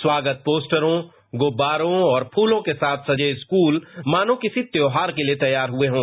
स्वागत पोस्टरों गुब्बारों और फूलों के साथ सजे स्कूल मानो किसी त्योहार के लिए तैयार हुए हों